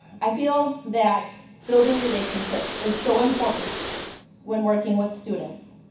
i feel that building relationships is so important when working with students.